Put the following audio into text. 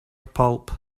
pulp